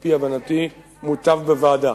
לפי הבנתי, מוטב בוועדה.